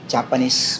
Japanese